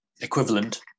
equivalent